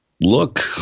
look